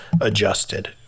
adjusted